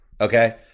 Okay